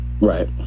Right